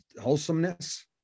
wholesomeness